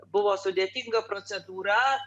buvo sudėtinga procedūra